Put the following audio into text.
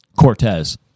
Cortez